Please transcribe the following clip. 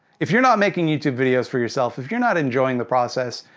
if you're not making youtube videos for yourself, if you're not enjoying the process,